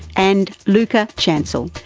and lucas chancel,